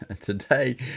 Today